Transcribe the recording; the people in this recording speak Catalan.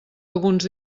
alguns